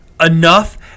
enough